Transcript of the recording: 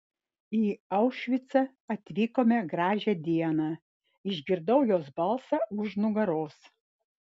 į aušvicą atvykome gražią dieną išgirdau jos balsą už nugaros